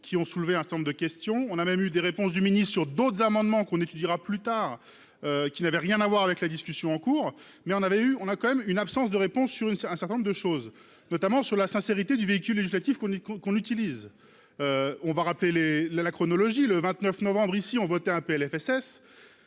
qui ont soulevé un certain nombre de questions, on a même eu des réponses du ministre-sur d'autres amendements qu'on étudiera plus tard. Qui n'avait rien à voir avec la discussion en cours mais on avait eu, on a quand même une absence de réponse sur une, sur un certain nombre de choses notamment sur la sincérité du véhicule législatif qu'on est on qu'on utilise. On va rappeler les la la chronologie, le 29 novembre ici ont voté un PLFSS.